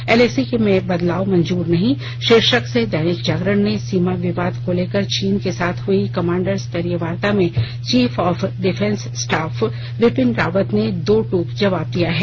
LAC में बदलाव मंजूर नहीं शीर्षक से दैनिक जागरण ने सीमा विवाद को लेकर चीन के साथ हई कमांडर स्तरीय वार्ता में chief of defence staff Vipin Rawat ने दो टूक जवाब दिया है